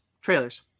Trailers